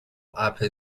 اَپ